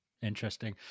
interesting